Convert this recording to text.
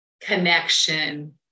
connection